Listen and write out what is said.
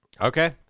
Okay